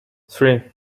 three